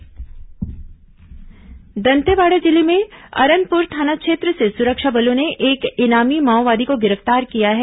माओवादी समाचार दंतेवाड़ा जिले में अरनपुर थाना क्षेत्र से सुरक्षा बलों ने एक इनामी माओवादी को गिरफ्तार किया है